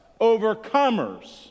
overcomers